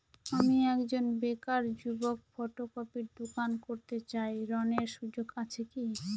আমি একজন বেকার যুবক ফটোকপির দোকান করতে চাই ঋণের সুযোগ আছে কি?